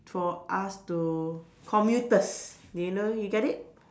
for us to commuters do you know you get it